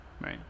right